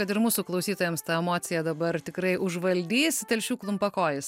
kad ir mūsų klausytojams tą emociją dabar tikrai užvaldys telšių klumpakojis